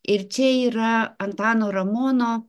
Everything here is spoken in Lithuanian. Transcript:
ir čia yra antano ramono